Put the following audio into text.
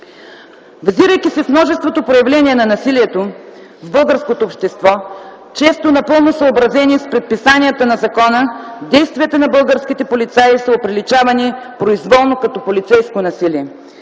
Взирайки се в множеството управления на насилието с българското общество, често напълно съобразени с предписанията на закона, действията на българските полицаи са оприличавани произволно като полицейско насилие.